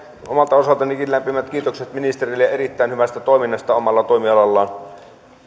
omalta osaltanikin lämpimät kiitokset ministerille erittäin hyvästä toiminnasta omalla toimialallaan